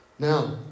Now